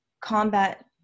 Combat